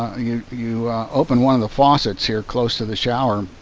ah, you you open one of the faucets here close to the shower.